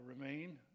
remain